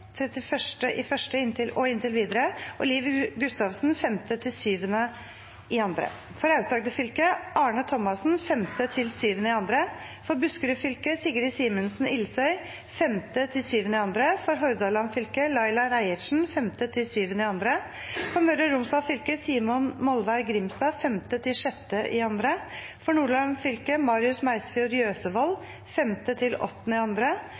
januar og inntil videre og Liv Gustavsen 5.–7. februar For Aust-Agder fylke: Arne Thomassen 5.–7. februar For Buskerud fylke: Sigrid Simensen Ilsøy 5.–7. februar For Hordaland fylke: Laila Reiertsen 5.–7. februar For Møre og Romsdal fylke: Simon Molvær Grimstad 5.–6. februar For Nordland fylke: Marius Meisfjord